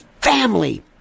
family